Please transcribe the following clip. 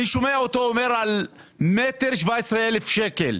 אני שומע אותו מדבר על מטר 17,000 שקל.